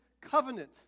covenant